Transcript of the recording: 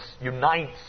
unites